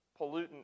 pollutant